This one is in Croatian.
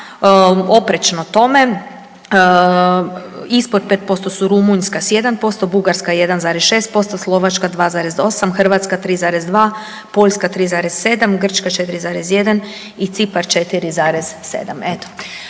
oprečno tome ispod 5% su Rumunjska s 1%, Bugarska 1,6%, Slovačka 2,8, Hrvatska 3,2, Poljska 3,7, Grčka 4,1 i Cipar 4,7.